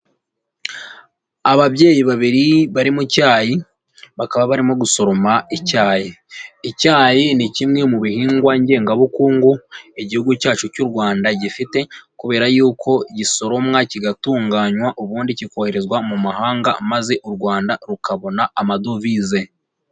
Ababyeyi babiri bari mu cyayi, bakaba barimo gusoroma icyayi, icyayi ni kimwe mu bihingwa ngengabukungu Igihugu cyacu cy'u Rwanda gifite, kubera y'uko gisoromwa kigatunganywa ubundi kikoherezwa mu mahanga maze u Rwanda rukabona amadovize.